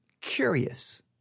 curious